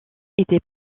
étaient